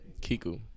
Kiku